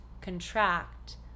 contract